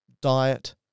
diet